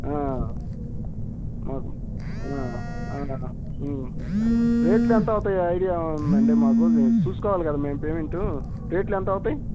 ఆ మాకు ఆ ఆ మ్మ్ రేట్లు ఎంత అవుతాయి ఐడియా ఉందాండి మాకు చూసుకోవాలి కదా మేము పేమెంటు రేట్లు ఎంతవుతాయి